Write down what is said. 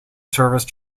service